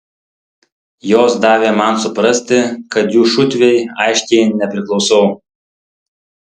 jos davė man suprasti kad jų šutvei aiškiai nepriklausau